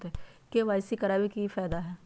KYC करवाबे के कि फायदा है?